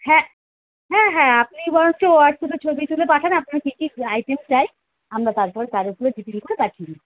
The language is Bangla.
হ্যাঁ হ্যাঁ হ্যাঁ আপনি বরঞ্চ হোয়াটসঅ্যাপে ছবি তুলে পাঠান আপনার কী কী আইটেমস চাই আমরা তারপর তার ওপরে ডি টি সি করে পাঠিয়ে দিচ্ছি